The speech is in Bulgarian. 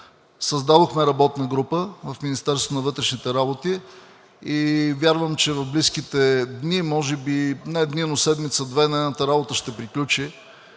Създадохме работна група в Министерството на вътрешните работи и вярвам, че в близките дни – може би не дни, но седмица-две, нейната работа ще приключи